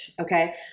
Okay